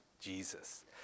Jesus